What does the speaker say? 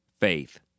faith